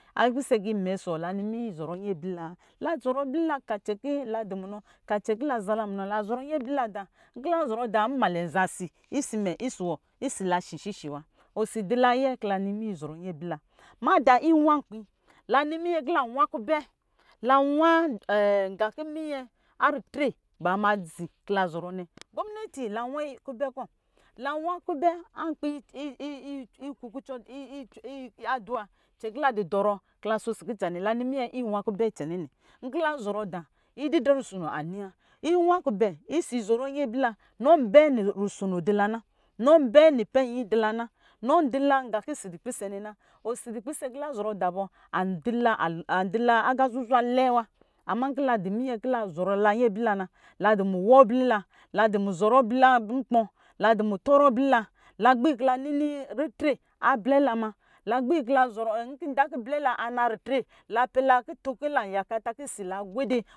A pisɛ kɔ imɛ ɔsɔ iwɔ la nɔ minyɛ izɔrɔ nyin abvila wa la zɔrɔ ka cɛnka la dumunɔ ka lankɔ laza la munɔ na lazɔrɔ nyin ablila da nkɔ la zɔrɔ da nmelɛ nza si ɔsɔ mɛ ɔsɔ wɔ ɔsɔ la sisi si wa osi dɔ la ayɛ kɔ la ni myi izɔrɔ nyi ablila mada inwa nkpi la ni minyɛ kɔ la wa kubɛ lawa na kɔ muyɛ artitze madzi kɔ la zɔrɔ nɛ gomneti la wa kubɛ kɔ la nwa nkpi aduwa kɛn kɔ la dɔrɔ kɔ lasho si kutsa nɛ la ni muye kɔ la nwa kubɛ icɛninɛ lukɔ la zɔrɔ da idedrɛ arusono inuwa iwa kubɛ ɔsɔ izɔrɔ nyi ablila nɔ bɛ rusono dula na nɔbɛ nipɛnyi dula na nudu la nqa kɔ osi dupisɛ na na osi du pisɛ nkɔ la zɔrɔ da bɔ ndi la aqa zuzwa lɛɛ wa ama nkɔ la du minyɛ kɔ la zɔrɔ la inyin ablila na ladu muwɔ alila lada muzɔrɔ ablila nkpɔ, ladu muntɔrɔ ablila lakpi kɔ la nini ritre ablila ma ava kɔ bɛrɛ la kna nitre la pila kutun kɔ lanba kɔ osi lɛ gwede